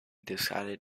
decided